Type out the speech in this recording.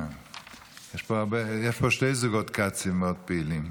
יש פה שני זוגות כצים מאוד פעילים,